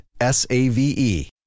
S-A-V-E